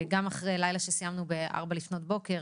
גם אחרי לילה שסיימנו בארבע לפנות בוקר,